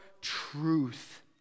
truth